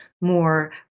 more